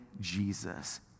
Jesus